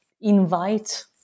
invite